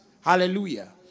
Hallelujah